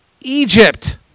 Egypt